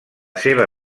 seva